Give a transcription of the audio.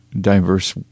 diverse